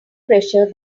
pressure